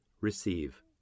receive